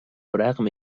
رغم